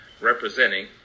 representing